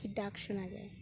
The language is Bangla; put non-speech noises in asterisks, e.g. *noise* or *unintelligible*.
*unintelligible* ডাক শোনা যায়